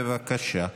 בבקשה.